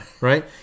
right